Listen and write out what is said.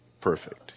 perfect